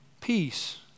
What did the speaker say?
peace